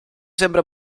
sembra